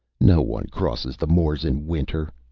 no one crosses the moors in winter,